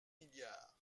milliards